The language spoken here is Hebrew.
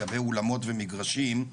לגבי אולמות ומגרשים.